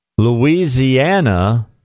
Louisiana